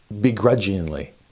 begrudgingly